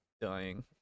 dying